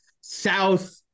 South